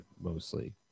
mostly